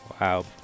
Wow